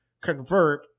convert